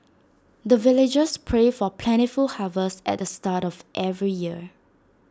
the villagers pray for plentiful harvest at the start of every year